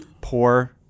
Poor